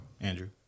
Andrew